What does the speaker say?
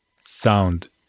sound